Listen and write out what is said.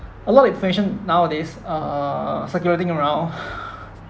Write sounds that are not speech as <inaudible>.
a lot of information nowadays err circulating around <breath>